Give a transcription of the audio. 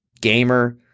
gamer